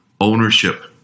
ownership